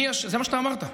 זה מה שאתה אמרת.